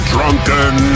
Drunken